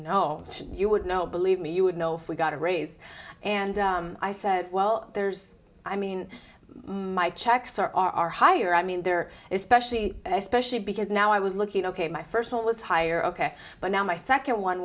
no you would know believe me you would know if we got a raise and i said well there's i mean my checks are are higher i mean they're especially especially because now i was looking ok my first one was higher ok but now my second one